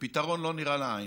ופתרון לא נראה לעין.